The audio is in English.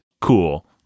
cool